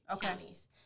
counties